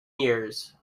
years